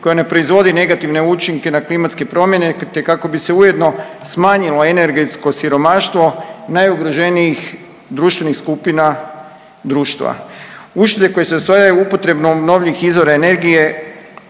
koja ne proizvodi negativne učinke na klimatske promjene, te kako bi se ujedno smanjilo energetsko siromaštvo najugroženijih društvenih skupina društva. Uštede koje se ostvaruju upotrebom obnovljivih izvora energije